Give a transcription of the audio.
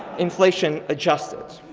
inflation adjusted.